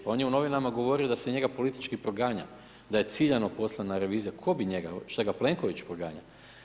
Pa on je u novinama govorio da se njega politički proganja, da je ciljano poslana revizija, tko bi njega, šta ga Plenković proganja?